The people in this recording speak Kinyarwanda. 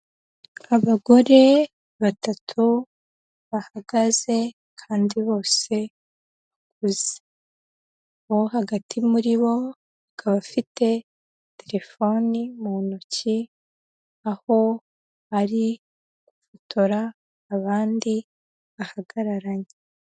Abagore batatu bahagaze kandi bose bakuze, uwo hagati muri bo akaba afite telefoni mu ntoki, aho ari gufotora abandi bahagararanye.